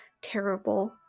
terrible